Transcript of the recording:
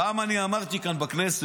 פעם אני אמרתי כאן בכנסת: